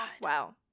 Wow